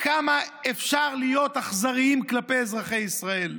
כמה אפשר להיות אכזריים כלפי אזרחי ישראל,